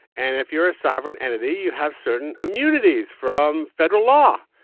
and if you're a sovereign entity, you have certain immunities from federal law.